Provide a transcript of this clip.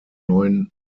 neuen